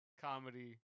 comedy